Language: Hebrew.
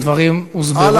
תודה, הדברים הוסברו.